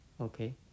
okay